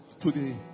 today